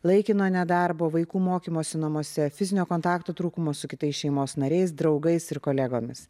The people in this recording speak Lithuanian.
laikino nedarbo vaikų mokymosi namuose fizinio kontakto trūkumo su kitais šeimos nariais draugais ir kolegomis